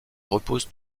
repose